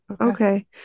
Okay